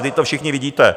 Vždyť to všichni vidíte!